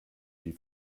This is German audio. die